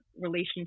relationship